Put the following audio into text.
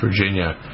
Virginia